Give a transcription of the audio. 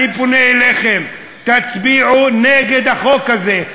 אני פונה אליכם, תצביעו נגד החוק הזה.